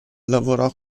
lavorò